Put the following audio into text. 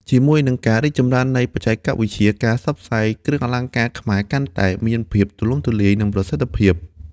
ជាមួយនឹងការរីកចម្រើននៃបច្ចេកវិទ្យា ការផ្សព្វផ្សាយ គ្រឿងអលង្ការខ្មែរកាន់តែមានភាពទូលំទូលាយ និងប្រសិទ្ធភាព។